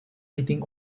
meeting